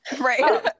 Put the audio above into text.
Right